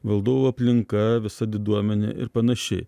valdovo aplinka visa diduomenė ir panašiai